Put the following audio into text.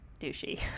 douchey